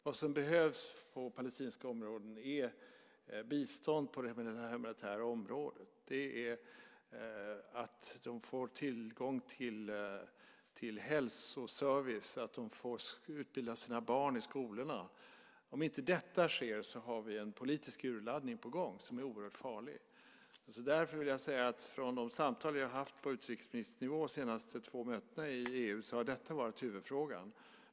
Vad som behövs i palestinska områden är bistånd på det humanitära området, tillgång till hälsoservice och utbildning av barnen i skolorna. Om inte detta sker har vi en politisk urladdning på gång som är oerhört farlig. Därför vill jag säga att från de samtal som jag har haft på utrikesministernivå vid de två senaste mötena i EU har detta varit huvudfrågan.